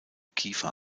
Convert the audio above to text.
kiefer